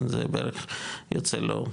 זה בערך יוצא לו,